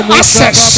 access